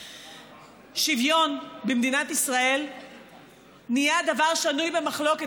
שוויון במדינת ישראל נהיה דבר שנוי במחלוקת,